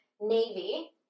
Navy